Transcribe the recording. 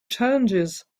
challenges